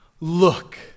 look